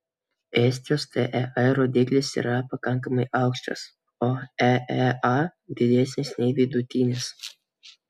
estijos tea rodiklis yra pakankamai aukštas o eea didesnis nei vidutinis